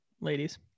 ladies